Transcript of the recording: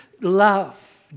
Love